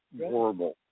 horrible